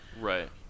Right